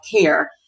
care